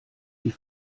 die